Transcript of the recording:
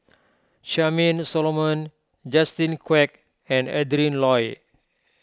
Charmaine Solomon Justin Quek and Adrin Loi